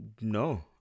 No